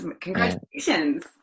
congratulations